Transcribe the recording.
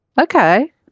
Okay